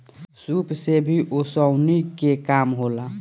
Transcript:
सूप से भी ओसौनी के काम होला